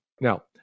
now